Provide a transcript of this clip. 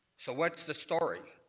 so what's the story?